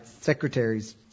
secretaries